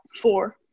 four